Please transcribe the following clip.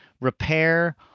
repair